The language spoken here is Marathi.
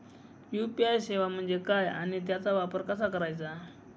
यू.पी.आय सेवा म्हणजे काय आणि त्याचा वापर कसा करायचा?